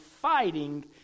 fighting